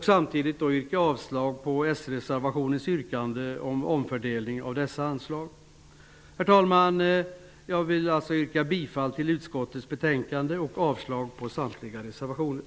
Samtidigt yrkar jag avslag på den sreservation i vilken finns ett yrkande om omfördelning av dessa anslag. Herr talman! Jag vill alltså yrka bifall till utskottets hemställan och avslag på reservationen.